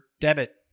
debit